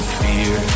fear